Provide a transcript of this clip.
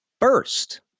first